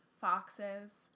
foxes